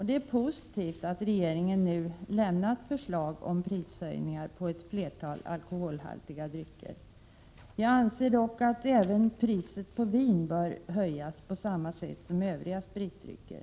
Det är positivt att regeringen nu lagt fram ett förslag om prishöjningar på ett flertal alkoholhaltiga drycker. Jag anser dock att även priset på vin bör höjas på samma sätt som för övriga spritdrycker.